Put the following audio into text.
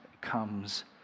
comes